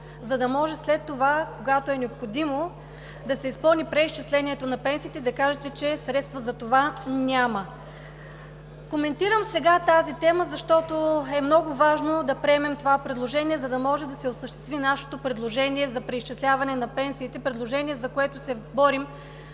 за да може след това, когато е необходимо, да се изпълни преизчислението на пенсиите и да кажете, че средства за това няма. Коментирам сега тази тема, защото е много важно да приемем предложението, за да може да се осъществи нашето предложение за преизчисляване на пенсиите, за което се борим